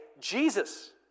Jesus